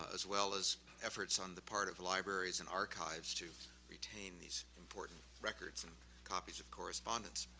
ah as well as efforts on the part of libraries and archives to retain these important records and copies of correspondence.